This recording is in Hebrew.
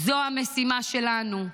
זאת המשימה שלנו,